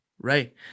Right